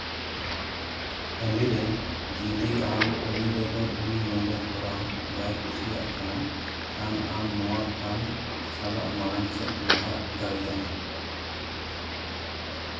ᱦᱚᱞᱤ ᱨᱮ ᱡᱚᱫᱤ ᱟᱢ ᱩᱱᱤ ᱵᱮᱜᱚᱨ ᱩᱱᱤ ᱱᱚᱰᱮ ᱠᱚᱨᱟᱣ ᱵᱟᱭ ᱠᱩᱥᱤᱭᱟᱜ ᱠᱟᱱᱟ ᱠᱷᱟᱱ ᱟᱢ ᱱᱚᱶᱟ ᱯᱷᱟᱨᱢ ᱥᱟᱞᱟᱜ ᱢᱟᱲᱟᱝ ᱥᱮᱫ ᱞᱟᱦᱟ ᱫᱟᱲᱮᱭᱟᱜᱼᱟ